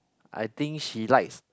I think she likes